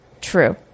True